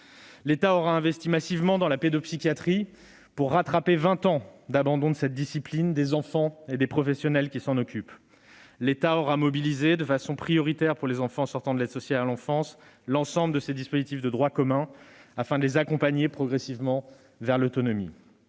L'État a également investi massivement dans la pédopsychiatrie pour rattraper vingt ans d'abandon de cette discipline, des enfants et des professionnels qui s'en occupent. L'État a mobilisé, de façon prioritaire pour les enfants sortants de l'aide sociale à l'enfance, l'ensemble des dispositifs de droit commun afin de les accompagner progressivement vers l'autonomie.